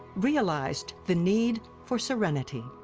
realized the need for serenity.